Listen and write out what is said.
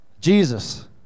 Jesus